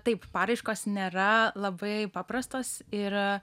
taip paraiškos nėra labai paprastos ir